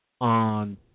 on